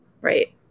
Right